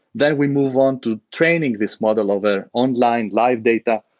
then we move on to training this model over online live data.